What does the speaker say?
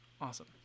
Awesome